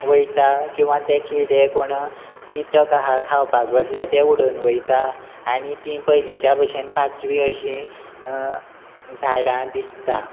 वयता किंवा ते किडे कोण किटक आहा खावपाक बसल्या ते उडून वयता आनी ती पयलींच्या भशेन पाचवीं अशीं झाडां दिसतात